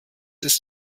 ist